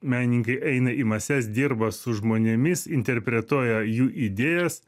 menininkai eina į mases dirba su žmonėmis interpretuoja jų idėjas